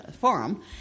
Forum